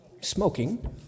smoking